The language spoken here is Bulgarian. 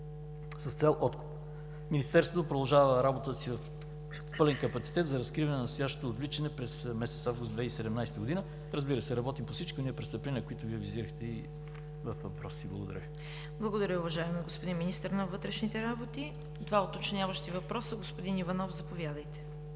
с цел откуп. Министерството продължава работата си с пълен капацитет за разкриване на настоящото отвличане през месец август 2017 г. Разбира се, работим по всички онези престъпления, които Вие визирахте във въпроса си. Благодаря Ви. ПРЕДСЕДАТЕЛ ЦВЕТА КАРАЯНЧЕВА: Благодаря, уважаеми господин Министър на вътрешните работи. Два уточняващи въпроса – господин Иванов, заповядайте.